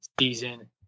season